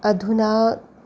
अधुना